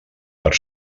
per